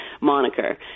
moniker